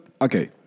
okay